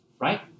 right